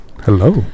Hello